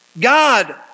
God